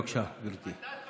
בבקשה, גברתי.